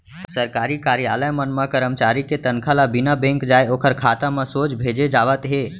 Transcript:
सरकारी कारयालय मन म करमचारी के तनखा ल बिना बेंक जाए ओखर खाता म सोझ भेजे जावत हे